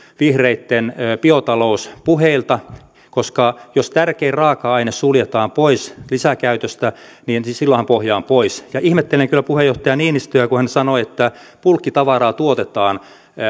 vihreitten biotalouspuheilta koska jos tärkein raaka aine suljetaan pois lisäkäytöstä niin silloinhan pohja on pois ihmettelen kyllä puheenjohtaja niinistöä kun hän sanoi että bulkkitavaraa tuotetaan